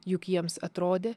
juk jiems atrodė